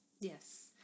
Yes